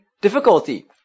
difficulty